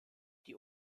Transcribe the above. die